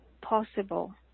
possible